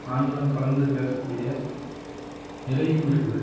ஆங்கிலம் கலந்து பேசக்கூடிய நிறையும் இருக்குது